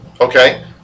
Okay